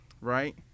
right